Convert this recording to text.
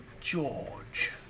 George